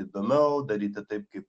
įdomiau daryti taip kaip